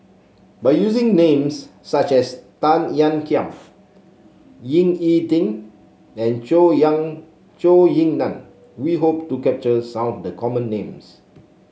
by using names such as Tan Ean Kiam Ying E Ding and Zhou Yang Zhou Ying Nan we hope to capture some of the common names